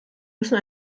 müssen